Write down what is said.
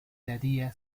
daría